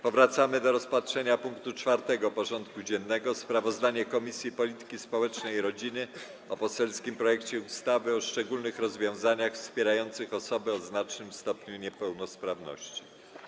Powracamy do rozpatrzenia punktu 4. porządku dziennego: Sprawozdanie Komisji Polityki Społecznej i Rodziny o poselskim projekcie ustawy o szczególnych rozwiązaniach wspierających osoby o znacznym stopniu niepełnosprawności.